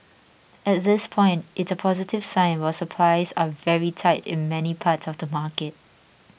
at this point it's a positive sign while supplies are very tight in many parts of the market